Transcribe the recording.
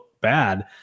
bad